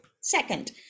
Second